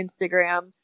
Instagram